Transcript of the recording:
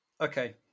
Okay